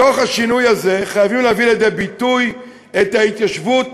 בתוך השינוי הזה חייבים להביא לידי ביטוי את ההתיישבות